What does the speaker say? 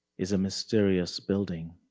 is a mysterious building.